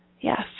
Yes